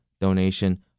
donation